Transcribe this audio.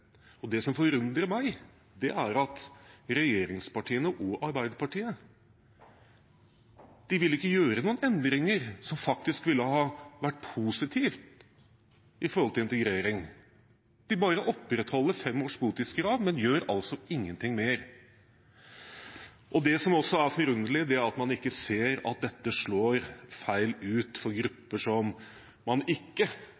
Det som forundrer meg, er at regjeringspartiene og Arbeiderpartiet ikke vil gjøre noen endringer som faktisk ville ha vært positivt når det gjelder integrering. De bare opprettholder fem års botidskrav, men gjør altså ingenting mer. Det som også er forunderlig, er at man ikke ser at dette slår feil ut for